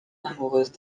amoureuse